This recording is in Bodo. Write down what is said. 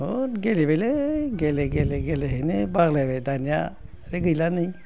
बहुद गेलेबायलै गेले गेले गेलेयैनो बालायबाय दानिया दा गैला नै